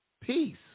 peace